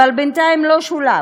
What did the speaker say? אבל בינתיים לא שולב,